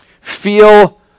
feel